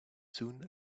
soon